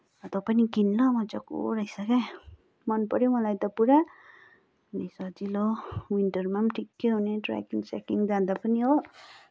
तँ पनि किन ल मजाको रहेछ क्या मनपऱ्यो मलाई त पुरा सजिलो विन्टरमा पनि ठिक्कै हुने ट्र्याकिङसेकिङ जाँदा पनि हो